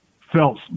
felt